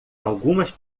algumas